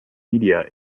media